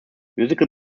musical